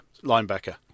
linebacker